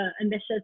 ambitious